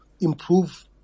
improve